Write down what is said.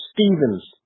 Stevens